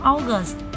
August